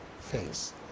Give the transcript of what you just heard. face